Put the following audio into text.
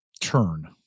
turn